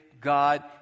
God